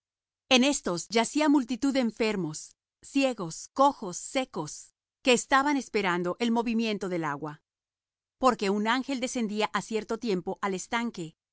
en éstos yacía multitud de enfermos ciegos cojos secos que estaban esperando el movimiento del agua porque un ángel descendía á cierto tiempo al estanque